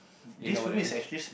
you know what I mean